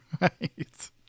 Right